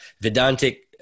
Vedantic